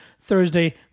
Thursday